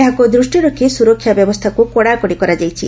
ଏହାକୁ ଦୂଷିରେ ରଖ୍ ସୁରକ୍ଷା ବ୍ୟବସ୍ଚାକୁ କଡ଼ାକଡି କରାଯାଇଛି